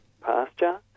pasture